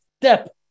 step